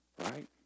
right